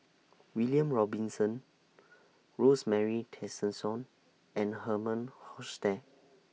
William Robinson Rosemary Tessensohn and Herman Hochstadt